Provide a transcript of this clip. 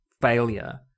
failure